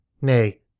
Nay